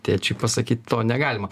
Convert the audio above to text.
tėčiui pasakyt to negalima